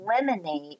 eliminate